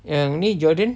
yang ni jordan